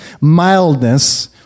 mildness